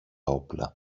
όπλα